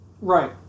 Right